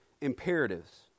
imperatives